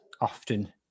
often